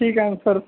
ठीक आहे मग सर